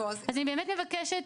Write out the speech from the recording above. אני באמת מבקשת,